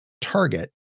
target